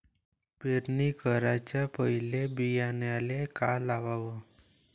पेरणी कराच्या पयले बियान्याले का लावाव?